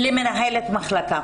למנהלת מחלקה.